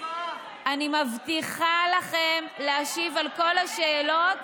אני מבטיחה לכם להשיב על כל השאלות,